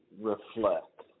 reflect